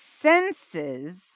senses